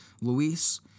Luis